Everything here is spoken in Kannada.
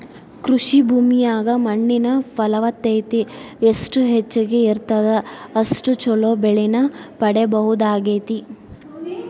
ಕೃಷಿ ಭೂಮಿಯಾಗ ಮಣ್ಣಿನ ಫಲವತ್ತತೆ ಎಷ್ಟ ಹೆಚ್ಚಗಿ ಇರುತ್ತದ ಅಷ್ಟು ಚೊಲೋ ಬೆಳಿನ ಪಡೇಬಹುದಾಗೇತಿ